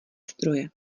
stroje